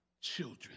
children